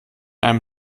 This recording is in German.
einem